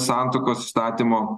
santuokos įstatymo